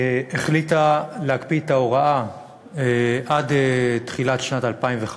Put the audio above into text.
והחליטה להקפיא את ההוראה עד תחילת שנת 2015,